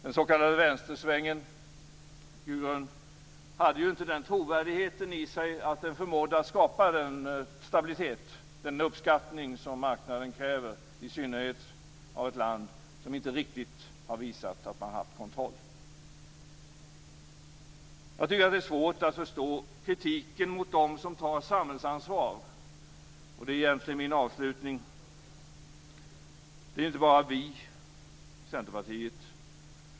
Den s.k. vänstersvängen, Gudrun Schyman, hade inte den trovärdigheten i sig att den förmådde skapa den stabilitet och den uppskattning som marknaden kräver, i synnerhet av ett land som inte riktigt har visat att man har kontroll. Jag tycker att det är svårt att förstå kritiken mot dem som tar samhällsansvar. Det gäller inte bara Centerpartiet.